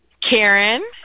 Karen